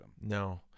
no